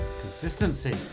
Consistency